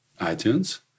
iTunes